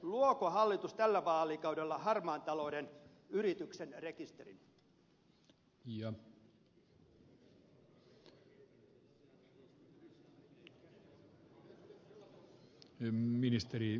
luoko hallitus tällä vaalikaudella harmaan talouden yritysten rekisterin